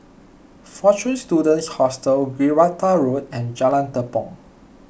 fortune Students Hostel Gibraltar Road and Jalan Tepong